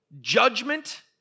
judgment